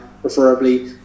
preferably